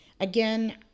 again